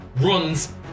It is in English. runs